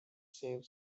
save